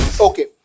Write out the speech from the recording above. okay